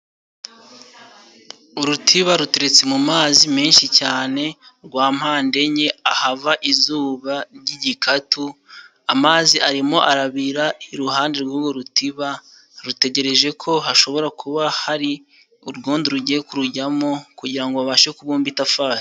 Urutiba ruturetse mu mazi menshi cyane rwa mpande enye ahava izuba ry'igikatu, amazi arimo arabira iruhande rw' urwo rutiba, rutegereje ko hashobora kuba hari urwodo rugiye kurujyamo kugira babashe kubumba itafari.